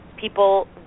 people